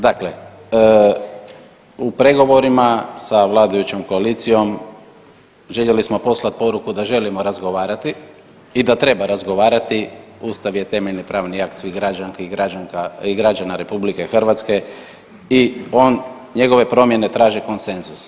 Dakle, u pregovorima sa vladajućom koalicijom željeli smo poslat poruku da želimo razgovarati i da treba razgovarati, ustav je temeljni pravni akt svih građanki i građana RH i on njegove promjene traže konsenzus.